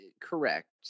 correct